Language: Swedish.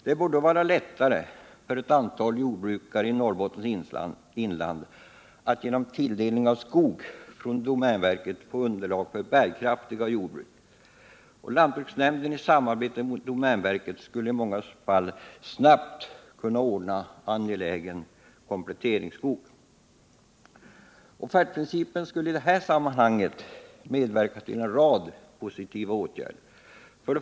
Det bör då vara lättare för ett antal jordbrukare i Norrbottens inland att genom tilldelning av skog från domänverket få underlag för bärkraftiga jordbruk. Lantbruksnämnden i samarbete med domänverket skulle i många fall snabbt kunna ordna angelägen kompletteringsskog. Offertprincipen skulle i detta sammanhang medverka till en rad positiva åtgärder: 1.